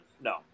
no